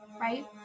Right